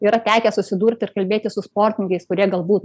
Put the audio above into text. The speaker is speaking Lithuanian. yra tekę susidurt ir kalbėti su sportininkais kurie galbūt